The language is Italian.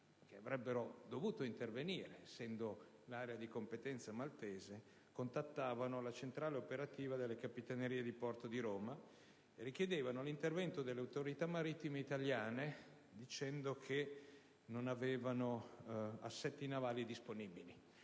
che avrebbero dovuto intervenire, essendo l'area di competenza maltese, contattavano la centrale operativa della Capitaneria di porto di Roma richiedendo l'intervento delle autorità marittime italiane, dicendo che non avevano assetti navali disponibili.